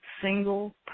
single